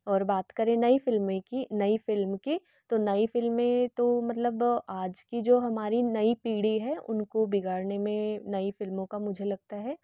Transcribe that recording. और बात करें नई फ़िल्में की नई फ़िल्म की तो नई फ़िल्म में तो मतलब आज की जो हमारी नई पीढ़ी है उनको बिगाड़ने में नई फ़िल्मों का मुझे लगता है